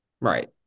Right